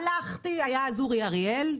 הלכתי היה אז אורי אריאל,